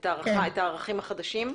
את הערכים החדשים?